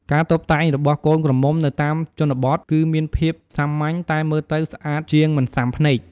ការតុបតែងរបស់កូនក្រមុំនៅតាមជនបទគឺមានភាពសាមញ្ញតែមើលទៅស្អាតជាងមិនស៊ាំភ្នែក។